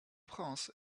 prince